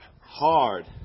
hard